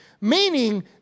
Meaning